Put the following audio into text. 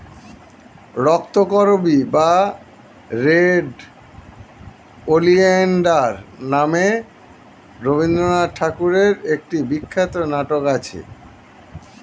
রক্তকরবী বা red oleander নামে রবিন্দ্রনাথ ঠাকুরের একটি বিখ্যাত নাটক আছে